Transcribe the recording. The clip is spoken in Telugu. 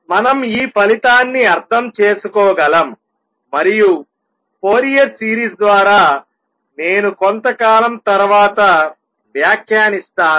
మనం ఈ ఫలితాన్ని అర్థం చేసుకోగలం మరియు ఫోరియర్ సిరీస్ ద్వారా నేను కొంతకాలం తర్వాత వ్యాఖ్యానిస్తాను